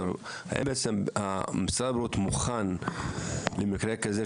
האם משרד הבריאות מוכן למקרה כזה,